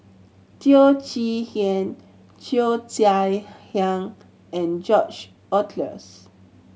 Teo Chee Hean Cheo Chai Hiang and George Oehlers